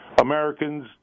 Americans